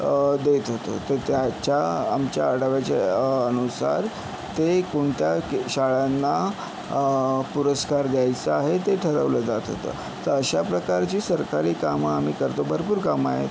देत होतो तर त्याच्या आमच्या आढावाच्या अनुसार ते कोणत्या शाळांना पुरस्कार द्यायचा आहे ते ठरवलं जात होतं तर अशा प्रकारची सरकारी कामं आम्ही करतो भरपूर कामं आहेत